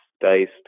diced